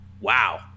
wow